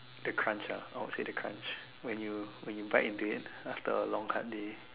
the crunch ah I would say the crunch when you when you bite into it after a long hard day